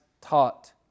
taught